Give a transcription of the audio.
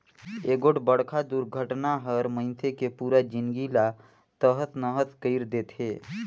एगोठ बड़खा दुरघटना हर मइनसे के पुरा जिनगी ला तहस नहस कइर देथे